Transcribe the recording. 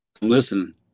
Listen